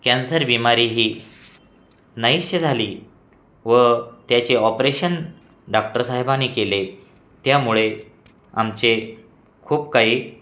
cancer बिमारी ही नाहीशी झाली व त्याचे ऑपरेशन डॉक्टरसाहेबांनी केले त्यामुळे आमचे खूप काही